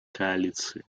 коалиции